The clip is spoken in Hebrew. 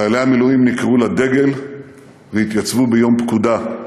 חיילי המילואים נקראו לדגל והתייצבו ביום פקודה.